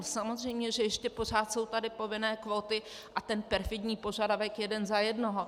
Samozřejmě že ještě pořád jsou tady povinné kvóty a ten perfidní požadavek jeden za jednoho.